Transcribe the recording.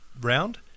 round